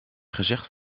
gezegd